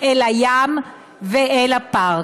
אל הים ואל הפארק.